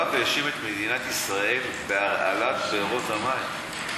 בא והאשים את מדינת ישראל בהרעלת בארות המים.